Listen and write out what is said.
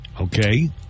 Okay